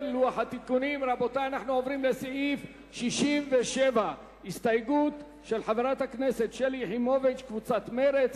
אנחנו עוברים לסעיף 62. יש הסתייגות של קבוצת מרצ,